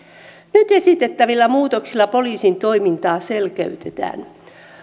nyt esitettävillä muutoksilla poliisin toimintaa selkeytetään